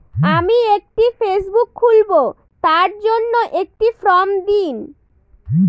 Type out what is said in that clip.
আমি একটি ফেসবুক খুলব তার জন্য একটি ফ্রম দিন?